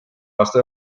aasta